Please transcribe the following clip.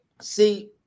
see